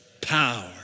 power